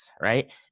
right